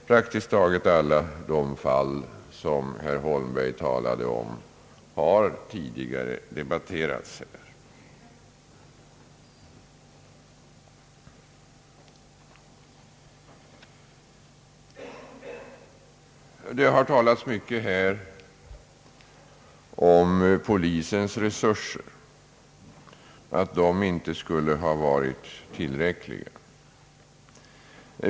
Praktiskt taget alla de fall som herr Holmberg talade om har tidigare debatterats i riksdagen. Det har här talats mycket om att polisens resurser inte skulle ha varit tillräckliga.